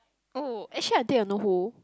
oh actually I think I know who